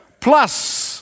plus